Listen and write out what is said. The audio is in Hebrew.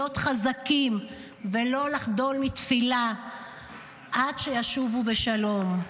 להיות חזקים ולא לחדול מתפילה עד שישובו בשלום.